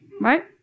right